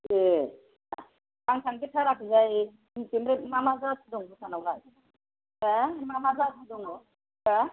ए आं थांफेरथाराखैहाय बिदिनो मा मा जाति दं भुटान आवलाय हा मा मा जाति दङ मा